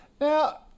Now